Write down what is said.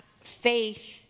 faith